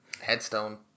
headstone